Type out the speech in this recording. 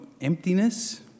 emptiness